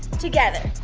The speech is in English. together.